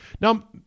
Now